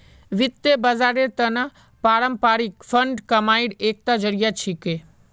वित्त बाजारेर त न पारस्परिक फंड कमाईर एकता जरिया छिके